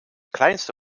kleinste